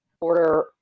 order